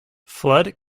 flood